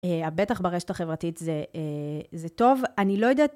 בטח ברשת החברתית זה טוב. אני לא יודעת